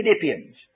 Philippians